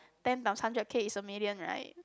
ten times hundred K is a million right